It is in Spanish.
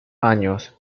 años